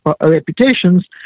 reputations